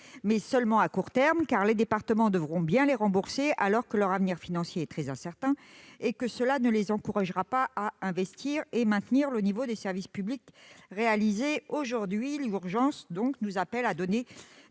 mais seulement à court terme, car les départements devront bien les rembourser, alors que leur avenir financier très incertain ; en outre, cela ne les encouragera pas ni investir ni à maintenir le niveau actuel des services publics. L'urgence nous appelle donc